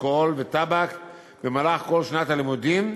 אלכוהול וטבק במהלך כל שנת הלימודים,